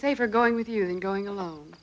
safer going with you than going alone